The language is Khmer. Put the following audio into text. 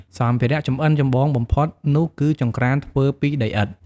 សម្ភារៈចម្អិនចម្បងបំផុតនោះគឺ ចង្ក្រានធ្វើពីដីឥដ្ឋ។